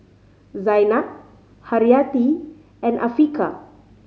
Zaynab Haryati and Afiqah